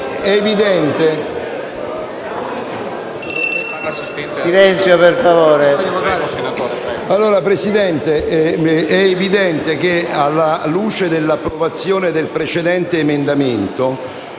è evidente che alla luce dell'approvazione dell'emendamento